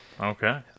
Okay